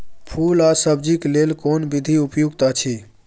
फूल आ सब्जीक लेल कोन विधी उपयुक्त अछि?